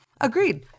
Agreed